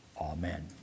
Amen